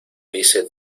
dice